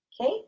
okay